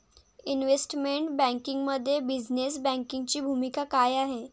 Investment बँकिंगमध्ये business बँकिंगची भूमिका काय आहे?